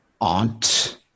aunt